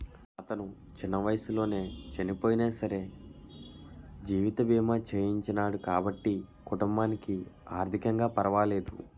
అతను చిన్న వయసులోనే చనియినా సరే జీవిత బీమా చేయించినాడు కాబట్టి కుటుంబానికి ఆర్ధికంగా పరవాలేదు